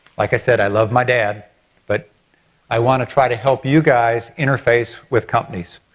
like i said, i love my dad but i want to try to help you guys interface with companies.